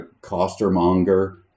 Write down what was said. costermonger